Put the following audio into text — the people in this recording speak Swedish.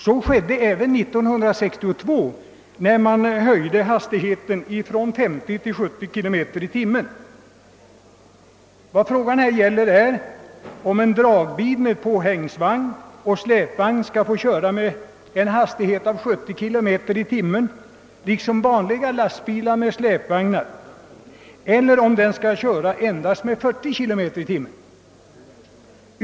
Så skedde även 1962, när man höjde hastigheten från 50 till 70 km i timmen. Vad frågan nu gäller är om en dragbil med påhängsvagn och släpvagn skall få köra med en hastighet av 70 km i timmen liksom vanliga lastbilar med släpvagnar eller om den skall köra med endast 40 km i timmen.